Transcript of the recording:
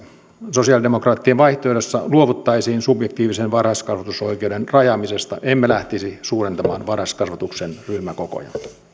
sosialidemokraattien vaihtoehdossa luovuttaisiin subjektiivisen varhaiskasvatusoikeuden rajaamisesta emme lähtisi suurentamaan varhaiskasvatuksen ryhmäkokoja